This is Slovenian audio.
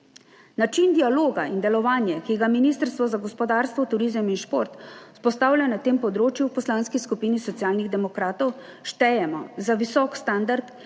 Način dialoga in delovanje, ki ga Ministrstvo za gospodarstvo, turizem in šport vzpostavlja na tem področju, v Poslanski skupini Socialnih demokratov štejemo za visok standard, ki